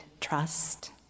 trust